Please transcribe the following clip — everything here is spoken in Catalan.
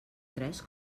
tres